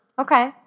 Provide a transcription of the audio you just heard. Okay